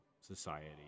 society